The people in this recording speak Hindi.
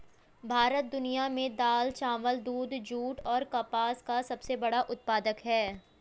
भारत दुनिया में दाल, चावल, दूध, जूट और कपास का सबसे बड़ा उत्पादक है